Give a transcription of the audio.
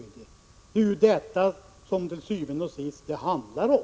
Det är ju detta som det til syvende og sidst handlar om.